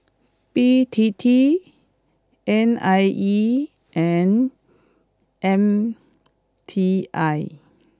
B T T N I E and M T I